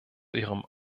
ihrem